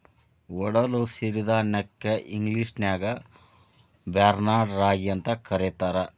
ಒಡಲು ಸಿರಿಧಾನ್ಯಕ್ಕ ಇಂಗ್ಲೇಷನ್ಯಾಗ ಬಾರ್ನ್ಯಾರ್ಡ್ ರಾಗಿ ಅಂತ ಕರೇತಾರ